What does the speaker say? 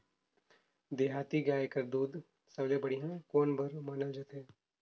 देहाती गाय कर दूध सबले बढ़िया कौन बर मानल जाथे?